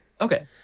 Okay